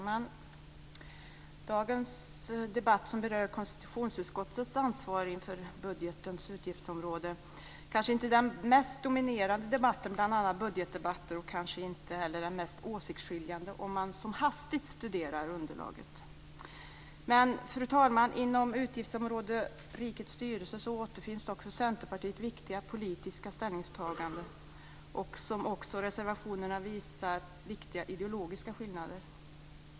Fru talman! Dagens debatt berör konstitutionsutskottets ansvar för budgetens utgiftsområden. Det är kanske inte den mest dominerande debatten bland alla budgetdebatter, och kanske inte heller den mest åsiktsskiljande om man som hastigast studerar underlaget. Men, fru talman, inom utgiftsområdet Rikets styrelse återfinns dock för Centerpartiet viktiga politiska ställningstaganden och också, som reservationerna visar, viktiga ideologiska skillnader.